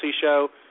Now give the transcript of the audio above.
show